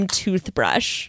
toothbrush